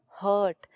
hurt